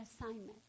assignment